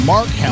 Mark